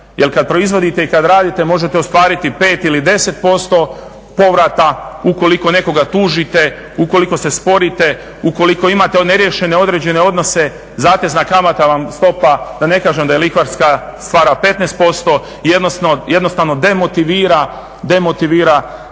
Jer kad proizvodite i kad radite možete ostvariti 5 ili 10% povrata, ukoliko nekoga tužite, ukoliko se sporite, ukoliko imate neriješene određene odnose zatezna kamatna stopa vam je da ne kažem lihvarska i stvara 15% i jednostavno demotivira cjelokupni